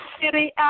city